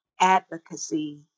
Advocacy